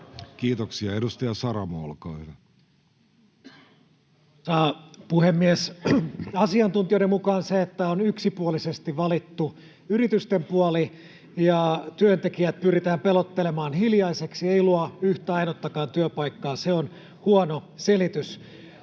Content: Arvoisa puhemies! Asiantuntijoiden mukaan se, että on yksipuolisesti valittu yritysten puoli ja työntekijät pyritään pelottelemaan hiljaiseksi, ei luo yhtä ainutta työpaikkaa. Se on huono selitys.